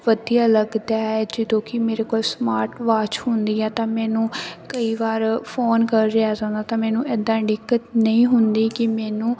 ਵਧੀਆ ਲੱਗਦਾ ਹੈ ਜਦੋਂ ਕਿ ਮੇਰੇ ਕੋਲ ਸਮਾਰਟ ਵਾਚ ਹੁੰਦੀ ਹੈ ਤਾਂ ਮੈਨੂੰ ਕਈ ਵਾਰ ਫੋਨ ਕਰ ਰਿਹਾ ਸਾਂ ਤਾਂ ਮੈਨੂੰ ਇੱਦਾਂ ਦਿੱਕਤ ਨਹੀਂ ਹੁੰਦੀ ਕਿ ਮੈਨੂੰ